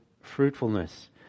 fruitfulness